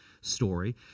story